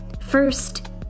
First